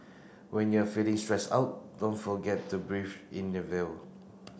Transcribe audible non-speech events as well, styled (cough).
when you are feeling stressed out don't forget to breathe in the (unintelligible)